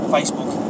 Facebook